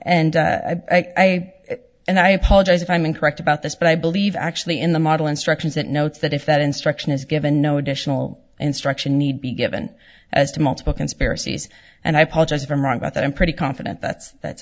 and i and i apologize if i'm incorrect about this but i believe actually in the model instructions it notes that if that instruction is given no additional instruction need be given as to multiple conspiracies and i apologize if i'm wrong about that i'm pretty confident that's that's